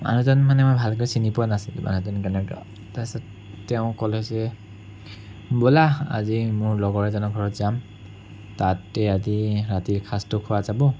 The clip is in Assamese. মানুহজন মানে মই ভালকৈ চিনি পোৱা নাছিলোঁ মানুহজন কেনেকুৱা তাৰপাছত তেওঁ ক'লে যে ব'লা আজি মোৰ লগৰ এজনৰ ঘৰত যাম তাতে আজি ৰাতিৰ সাজটো খোৱা যাব